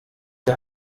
der